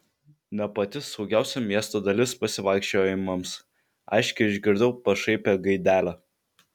ne pati saugiausia miesto dalis pasivaikščiojimams aiškiai išgirdau pašaipią gaidelę